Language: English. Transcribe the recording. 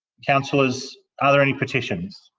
councillors, are there any petitions?